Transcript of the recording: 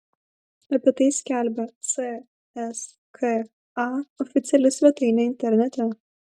apie tai skelbia cska oficiali svetainė internete